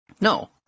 No